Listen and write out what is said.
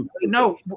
No